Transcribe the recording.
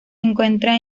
encuentra